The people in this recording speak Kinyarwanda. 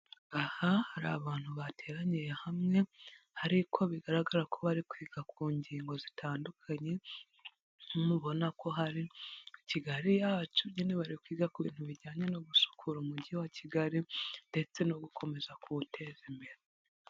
Aha hari abantu bateraniye hamwe hari ko bigaragara ko bari kwiga ku ngingo zitandukanye mubona ko hari kigali yacu nyine bari kwiga ku bintu bijyanye no gusukura umujyi wa kigali ndetse no gukomeza kuwuteza imbere.